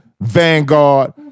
Vanguard